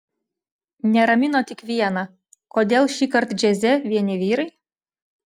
neramino tik viena kodėl šįkart džiaze vieni vyrai